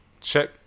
check